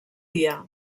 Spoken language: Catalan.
dia